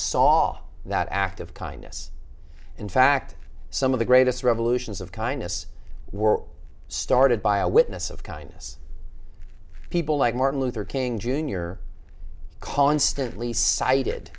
saw that act of kindness in fact some of the greatest revolutions of kindness were started by a witness of kindness people like martin luther king jr constantly cited